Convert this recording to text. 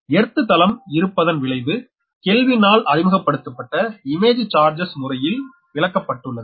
எர்த்தளம் இருப்பதன் விளைவு கெல்வின் ஆல் அறிமுகப்படுத்தப்பட்ட இமேஜ் சார்ஜ்ஸ் முறையில் விளக்கப்பட்டுள்ளது